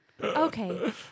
Okay